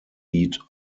eat